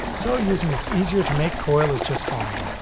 so using this easier to make coil is just fine.